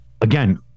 again